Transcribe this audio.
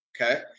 Okay